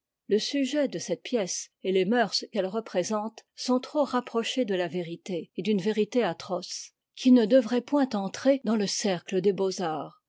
le sujet de cette pièce et les mœurs qu'elle représente sont trop rapprochés de la vérité et d'une vérité atroce qui ne devrait point entrer dans le cercle des beaux-arts